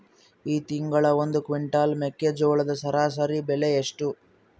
ಈ ತಿಂಗಳ ಒಂದು ಕ್ವಿಂಟಾಲ್ ಮೆಕ್ಕೆಜೋಳದ ಸರಾಸರಿ ಬೆಲೆ ಎಷ್ಟು?